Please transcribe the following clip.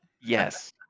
Yes